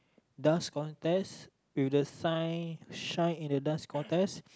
dust contest with the sign shine in the dust contest